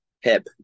hip